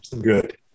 good